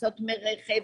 הכנסות מרכב,